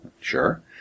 Sure